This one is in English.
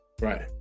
Right